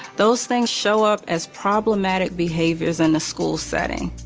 those things show up as problematic behaviors in the school setting.